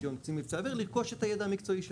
רישיון קצין מבצעי אוויר לרכוש את הידע המקצועי שלו.